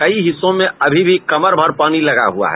कई हिस्सों में अभी भी कमर भर पानी लगा हुआ है